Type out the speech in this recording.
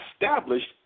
established